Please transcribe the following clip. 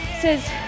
says